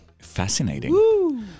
Fascinating